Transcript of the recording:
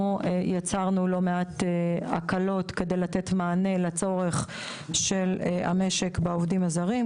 אנחנו יצרנו לא מעט הקלות כדי לתת מענה לצורך של המשק בעובדים הזרים,